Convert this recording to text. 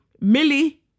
Millie